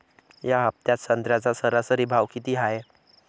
या हफ्त्यात संत्र्याचा सरासरी भाव किती हाये?